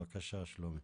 בבקשה, שלומי,